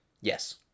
Yes